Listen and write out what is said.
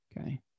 Okay